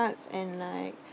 arts and like